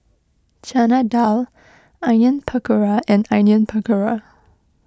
Chana Dal Onion Pakora and Onion Pakora